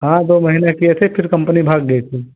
हाँ दो महीने किए थे फिर कम्पनी भाग गई थी